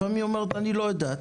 לפעמים היא אומרת: "אני לא יודעת.